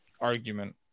argument